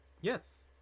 Yes